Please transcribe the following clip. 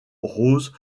roses